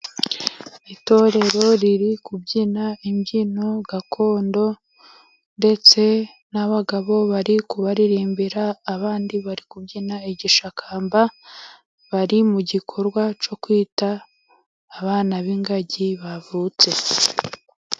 Itorero riri kubyina imbyino gakondo, ndetse n'abagabo bari kubarimbira, abandi bari kubyina igishakamba, bari mu gikorwa cyo kwita abana b'ingagi bavutse.